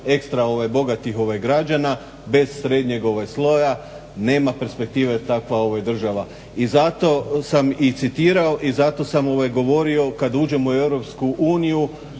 ekstra bogatih građana bez srednjeg sloja nema perspektive, takva je ova država. I zato sam i citirao i zato sam govorio kada uđemo u EU